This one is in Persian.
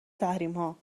تحریمها